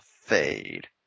Fade